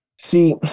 See